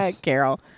Carol